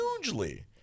hugely